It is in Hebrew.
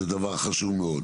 זה דבר חשוב מאוד.